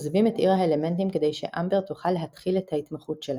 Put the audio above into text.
עוזבים את עיר האלמנטים כדי שאמבר תוכל להתחיל את ההתמחות שלה.